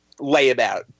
layabout